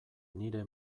nire